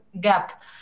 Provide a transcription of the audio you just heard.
gap